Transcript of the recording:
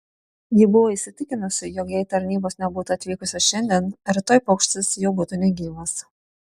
ji buvo įsitikinusi jog jei tarnybos nebūtų atvykusios šiandien rytoj paukštis jau būtų negyvas